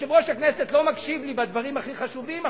יושב-ראש הכנסת לא מקשיב לי בדברים הכי חשובים עכשיו,